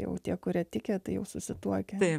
jau tie kurie tikę tai jau susituokę